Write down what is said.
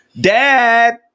Dad